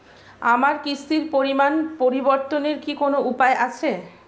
আমার কিস্তির পরিমাণ পরিবর্তনের কি কোনো উপায় আছে?